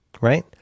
right